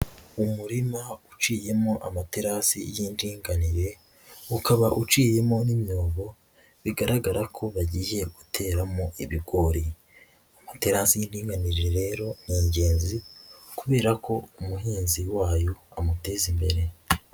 Umurima uciyemo amaterasi y'indinganire, ukaba uciyemo n'imyobo bigaragara ko bagiye guteramo ibigori . Amaterasi y'indinganire rero ni ingenzi kubera ko umuhinzi wayo amuteza imbere.